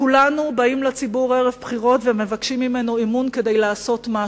כולנו באים לציבור ערב בחירות ומבקשים ממנו אמון כדי לעשות משהו.